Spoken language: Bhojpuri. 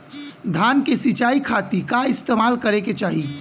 धान के सिंचाई खाती का इस्तेमाल करे के चाही?